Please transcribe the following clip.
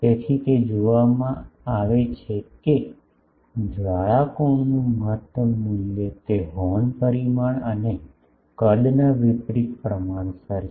તેથી તે જોવામાં આવે છે કે જ્વાળા કોણનું મહત્તમ મૂલ્ય તે હોર્ન પરિમાણ અને કદના વિપરિત પ્રમાણસર છે